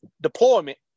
deployment